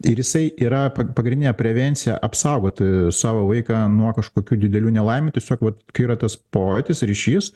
ir jisai yra pagrindinė prevencija apsaugoti savo vaiką nuo kažkokių didelių nelaimių tiesiog vat kai yra tas pojūtis ryšys